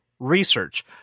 research